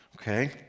okay